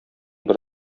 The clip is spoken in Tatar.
бер